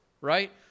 Right